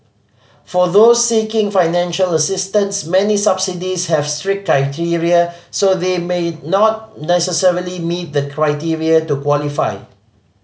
for those seeking financial assistance many subsidies have strict criteria so they may not necessarily meet the criteria to qualify